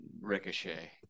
Ricochet